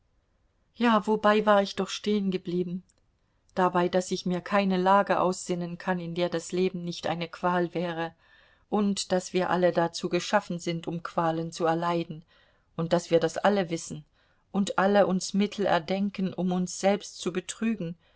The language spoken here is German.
ja wobei war ich doch stehengeblieben dabei daß ich mir keine lage aussinnen kann in der das leben nicht eine qual wäre und daß wir alle dazu geschaffen sind um qualen zu erleiden und daß wir das alle wissen und alle uns mittel erdenken um uns selbst zu betrügen